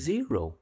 Zero